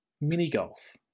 Mini-golf